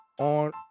on